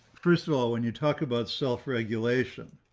first of all, when you talk about self regulation,